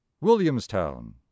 Williamstown